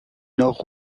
nord